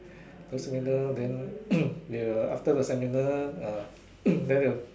go seminar then after the seminar then they will